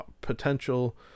potential